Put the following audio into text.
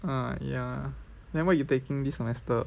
err ya then what you taking this semester